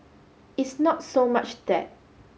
it's not so much that